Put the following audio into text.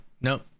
No